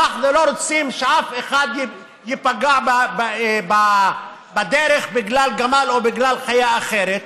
אנחנו לא רוצים שאף אחד ייפגע בדרך בגלל גמל או בגלל חיה אחרת,